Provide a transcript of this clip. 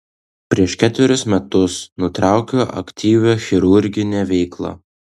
prieš ketverius metus nutraukiau aktyvią chirurginę veiklą